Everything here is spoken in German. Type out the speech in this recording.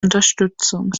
unterstützung